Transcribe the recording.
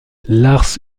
lars